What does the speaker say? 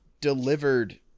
delivered